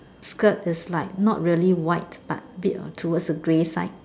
skirt is like not really white but a bit of towards the grey side